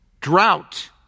Drought